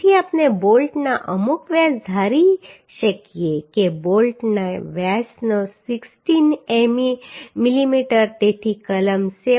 તેથી આપણે બોલ્ટનો અમુક વ્યાસ ધારી શકીએ કે બોલ્ટનો વ્યાસ 16 મીમી છે તેથી કલમ 7